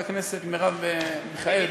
חברת הכנסת מירב מיכאלי,